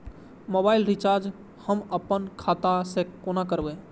Mobile recharge हम आपन खाता से कोना करबै?